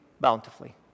bountifully